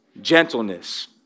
gentleness